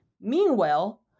Meanwhile